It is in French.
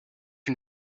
une